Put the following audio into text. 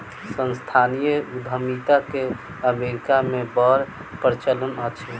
सांस्थानिक उद्यमिता के अमेरिका मे बड़ प्रचलन अछि